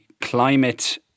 climate